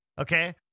Okay